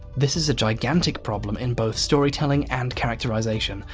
this is a gigantic problem in both storytelling and characterisation.